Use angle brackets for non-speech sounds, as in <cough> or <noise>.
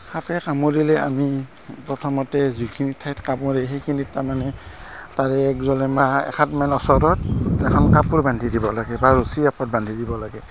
সাপে কামোৰিলে আমি প্ৰথমতে যিখিনি ঠাইত কামোৰে সেইখিনিত তাৰমানে তাৰে <unintelligible> এহাতমান ওচৰত এখন কাপোৰ বান্ধি দিব লাগে বা ৰছী ওপৰত বান্ধি দিব লাগে